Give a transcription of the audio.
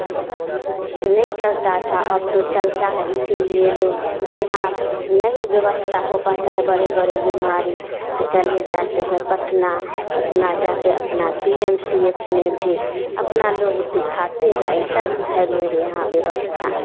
नहीं चलता था अब तो चलता है इसीलिए लोग यहाँ नहीं व्यवस्था हो पता है बड़े बड़े बीमारी तो चले जाते हैं पटना पटना जाकर अपना पी एम सी एच में भी अपना लोग दिखाते हैं ऐसा भी है मेरे यहाँ व्यवस्था